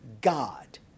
God